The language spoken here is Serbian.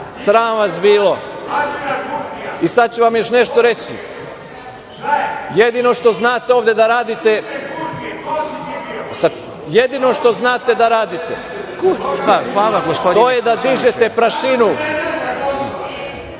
Sram vas bilo. Sada ću vam još nešto reći, jedino što znate ovde da radite, jedino što znate da radite to je da dižete prašinu,